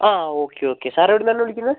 ആ okay okay sir എവിടുന്നാണ് വിളിക്കുന്നത്